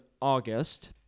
August